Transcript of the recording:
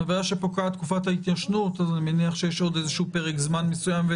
ברגע שפוקעת תקופת ההתיישנות אז אני מניח שיש עוד איזשהו פרק זמן מסוים,